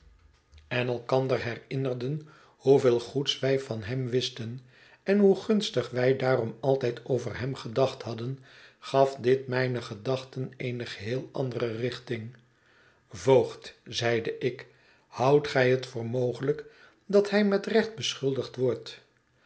en elkander herinnerden hoeveel goeds wij van hem wisten en hoe gunstig wij daarom altijd over hem gedacht hadden gaf dit mijne gedachten eene geheel andere richting voogd zeide ik houdt gij het voor mogelijk dat hij met recht beschuldigd wordt